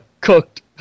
cooked